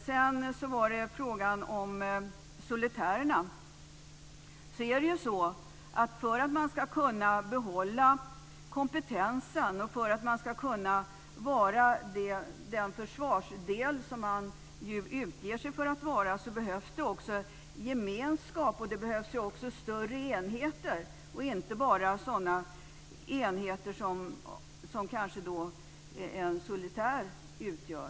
När det sedan gäller frågan om solitärerna är det så att för att man ska kunna behålla kompetensen och vara den försvarsdel som man utger sig för att vara behövs det gemenskap och också större enheter och inte bara sådana enheter som kanske en solitär utgör.